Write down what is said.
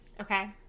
Okay